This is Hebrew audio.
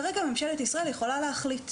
כרגע ממשלת ישראל יכולה להחליט,